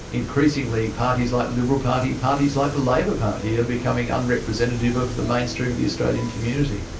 increasingly parties like liberal party, parties like the labor party are becoming unrepresentative of the mainstream of the australian community.